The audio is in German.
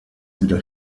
wieder